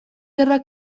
gerra